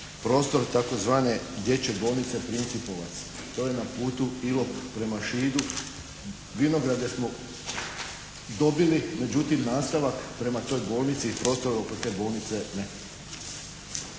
Prostor tzv. dječje bolnice … /Govornik se ne razumije./ … To je na putu Ilok prema Šidu. Vinograde smo dobili. Međutim nastavak prema toj bolnici i prostor oko te bolnice ne.